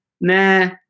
Nah